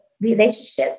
relationships